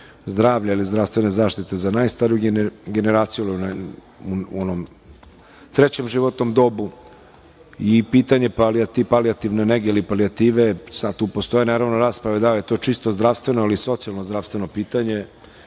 zdravlja ili zdravstvene zaštite za najstariju generaciju u trećem životnom dobu i pitanje palijativne nege ili palijative, sada tu naravno postoje rasprave da li je to čisto zdravstveno ili socijalno zdravstveno pitanje,